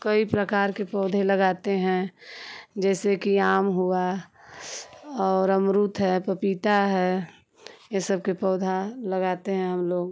कई प्रकार के पौधे लगाते हैं जैसे कि आम हुआ और अमरूद है पपीता है यह सबका पौधा लगाते हैं हम लोग